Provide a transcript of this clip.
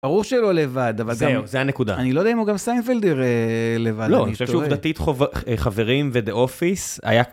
ברור שלא לבד, אבל זהו. זה הנקודה. אני לא יודע אם גם סיימפלד יראה לבד. אני חושב שעובדתית חברים ודה אופיס היה.